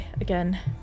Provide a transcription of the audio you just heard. again